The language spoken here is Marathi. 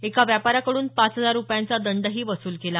एका व्यापाऱ्याकडून पाच हजार रूपयांचा दंडही वसूल केला